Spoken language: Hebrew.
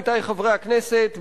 עמיתי חברי הכנסת,